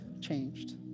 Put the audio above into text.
changed